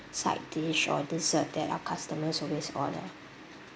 side dish or dessert that our customers always order